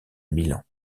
milan